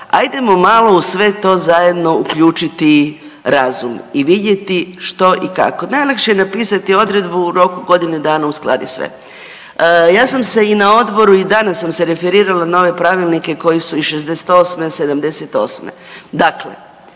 ajdemo malo u sve to zajedno uključiti razum i vidjeti što i kako. Najlakše je napisati odredbu u roku godine dana uskladi sve. Ja sam se i na odboru i danas sam se referirala na ove pravilnike koji su iz '68., '78., dakle